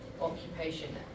occupation